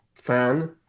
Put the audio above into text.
fan